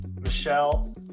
Michelle